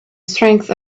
strength